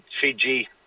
Fiji